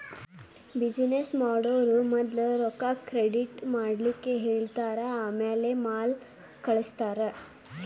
business ಮಾಡೊವ್ರು ಮದ್ಲ ರೊಕ್ಕಾ ಕ್ರೆಡಿಟ್ ಮಾಡ್ಲಿಕ್ಕೆಹೆಳ್ತಾರ ಆಮ್ಯಾಲೆ ಮಾಲ್ ಕಳ್ಸ್ತಾರ